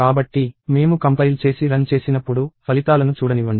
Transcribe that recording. కాబట్టి మేము కంపైల్ చేసి రన్ చేసినప్పుడు ఫలితాలను చూడనివ్వండి